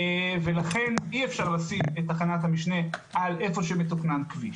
ולכן אי אפשר לשים את תחנת המשנה על איפה שמתוכנן כביש.